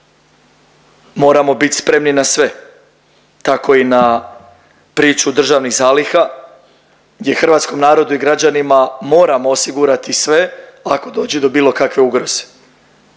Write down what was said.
moramo bit spremni na sve, tako i na priču državnih zaliha gdje hrvatskom narodu i građanima moramo osigurati sve, ako dođe do bilo kakve ugroze.